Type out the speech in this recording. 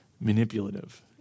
manipulative